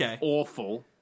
awful